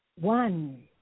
one